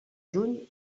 juny